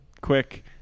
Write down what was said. quick